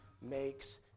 makes